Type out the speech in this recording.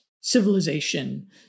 civilization